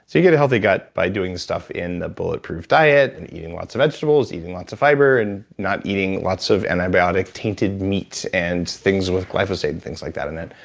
you get a healthy gut by doing stuff in the bulletproof diet and eating lots of vegetables, eating lots of fiber and not eating lots of antibiotic tainted meats meats and things with glyphosate and things like that in it.